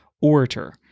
orator